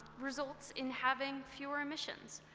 results in having fewer emissions.